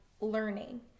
learning